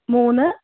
മൂന്ന്